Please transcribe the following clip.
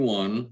one